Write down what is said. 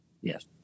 Yes